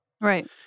Right